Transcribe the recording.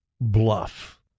bluff